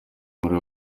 muri